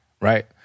right